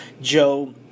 Joe